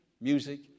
music